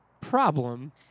problem